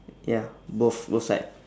ya both both side